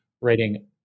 writing